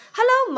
Hello